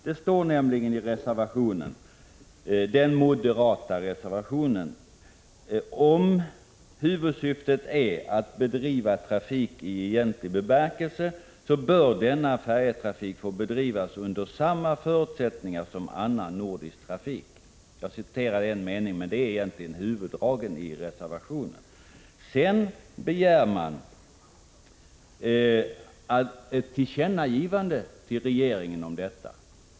Det står i den moderata reservationen: ”Om huvudsyftet är att bedriva trafik i egentlig bemärkelse bör denna färjetrafik få bedrivas under samma förutsättningar som annan nordisk trafik.” Jag citerade bara en mening, men det är egentligen huvuddragen i reservationen. Sedan begär man ett tillkännagivande till regeringen om detta.